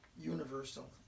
universal